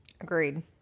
Agreed